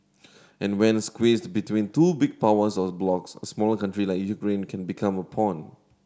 and when squeezed between two big powers or blocs a smaller country like Ukraine can became a pawn